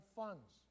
funds